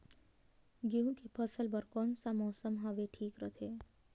गहूं के फसल बर कौन सा मौसम हवे ठीक रथे?